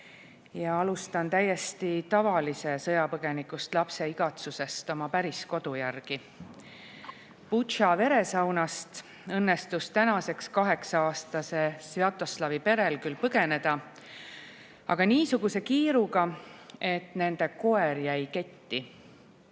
Alustan täiesti tavalise sõjapõgenikust lapse igatsusest oma päris kodu järgi. Butša veresaunast õnnestus tänaseks kaheksa-aastase Svjatoslavi perel küll põgeneda, aga niisuguse kiiruga, et nende koer jäi ketti.